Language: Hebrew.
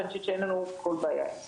ואני חושבת שאין לנו כל בעיה עם זה.